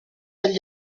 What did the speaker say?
agli